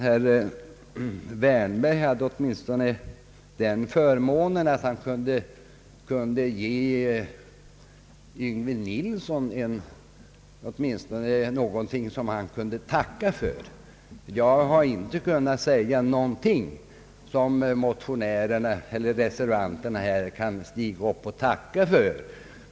Herr Wärnberg hade åtminstone den förmånen att kunna ge herr Yngve Nilsson något som denne kunde tacka för. Jag har inte kunnat säga något som motionärerna eller reservanterna kan ha anledning att tacka för.